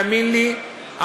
ותאמין לי,